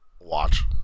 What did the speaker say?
watch